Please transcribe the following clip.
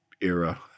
era